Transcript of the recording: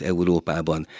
Európában